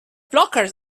blockers